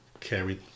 carried